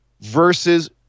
versus